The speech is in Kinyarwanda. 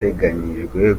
iteganyijwe